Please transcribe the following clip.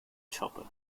chopper